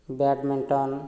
badminton